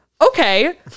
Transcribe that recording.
okay